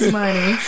money